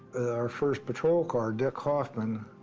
our first patrol car, dick hoffman,